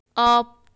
of